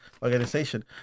organization